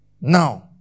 Now